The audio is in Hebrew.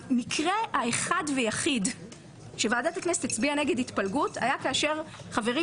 המקרה האחד והיחיד שוועדת הכנסת הצביעה נגד התפלגות היה כאשר חברים